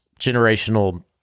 generational